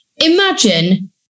Imagine